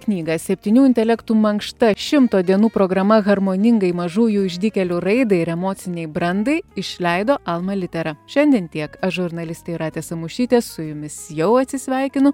knygą septynių intelektų mankšta šimto dienų programa harmoningai mažųjų išdykėlių raidai ir emocinei brandai išleido alma litera šiandien tiek aš žurnalistė jūratė samušytė su jumis jau atsisveikinu